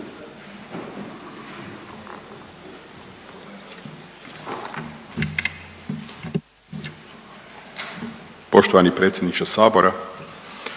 poštovani predsjedniče HS-a.